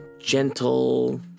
gentle